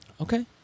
Okay